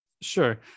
Sure